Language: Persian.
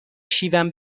شیون